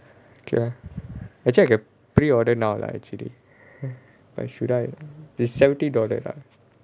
okay actually I can pre order now lah actually like should I it's seventy dollars ah